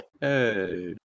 Hey